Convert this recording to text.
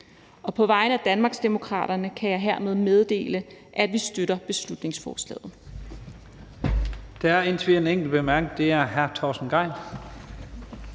På vegne af Danmarksdemokraterne kan jeg hermed meddele, at vi støtter beslutningsforslaget.